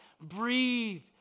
breathe